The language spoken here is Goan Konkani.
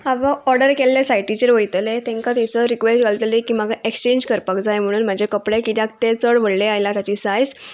हांव ऑर्डर केल्ले सायटीचेर वयतले तेंकां थंयसर रिक्वेस्ट घालतलें की म्हाका एक्सचेंज करपाक जाय म्हणून म्हाजे कपडे किद्याक ते चड व्हडलें आयला ताची सायज